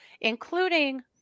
including